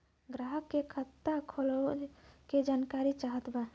ग्राहक के खाता खोले के जानकारी चाहत बा?